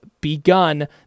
begun